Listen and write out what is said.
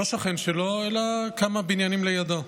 לא שכן שלו, אלא כמה בניינים לידו.